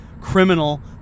criminal